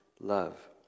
love